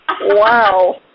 Wow